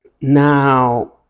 Now